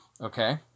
okay